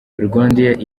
rwandair